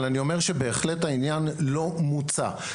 אבל אני אומר שבהחלט העניין לא מוצא.